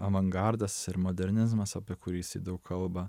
avangardas ir modernizmas apie kurį jisai daug kalba